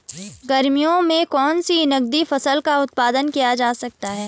गर्मियों में कौन सी नगदी फसल का उत्पादन किया जा सकता है?